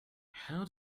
how